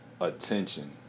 attention